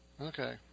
Okay